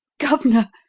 governor!